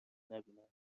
نبینند